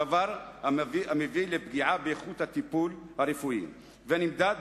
דבר המביא לפגיעה באיכות הטיפול הרפואי ונמדד,